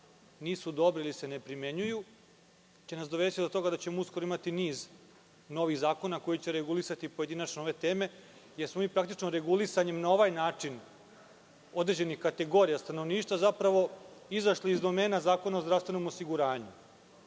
nisu dobri ili se ne primenjuju će nas dovesti do toga da ćemo imati niz novih zakona koji će regulisati pojedinačno ove teme, jer smo mi praktično regulisanjem, na ovaj način, određenih kategorija stanovništva izašli iz domena Zakona o zdravstvenom osiguranju. Sad